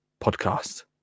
podcast